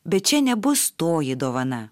bet čia nebus toji dovana